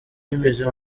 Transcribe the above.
bimeze